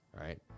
Right